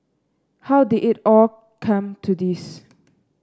how did it all come to this